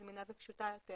זמינה ופשוטה יותר.